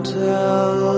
tell